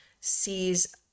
sees